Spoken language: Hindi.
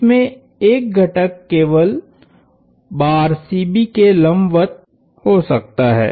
इसमें एक घटक केवल बार CB के लंबवत हो सकता है